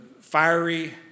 fiery